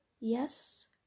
Yes